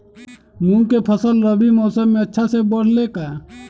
मूंग के फसल रबी मौसम में अच्छा से बढ़ ले का?